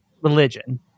religion